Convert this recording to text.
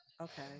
Okay